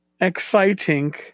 Exciting